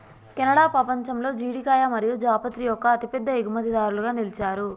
Canada పపంచంలో జీడికాయ మరియు జాపత్రి యొక్క అతిపెద్ద ఎగుమతిదారులుగా నిలిచారు